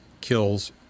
kills